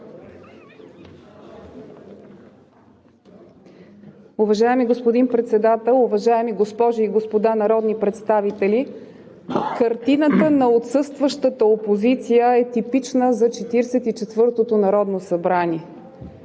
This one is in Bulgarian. Уважаеми господин Председател, уважаеми госпожи и господа народни представители! Картината на отсъстващата опозиция е типична за Четиридесет